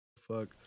fuck